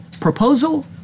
proposal